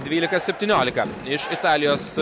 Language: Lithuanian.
dvylika septyniolika iš italijos